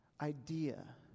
idea